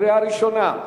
קריאה ראשונה,